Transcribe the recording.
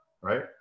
Right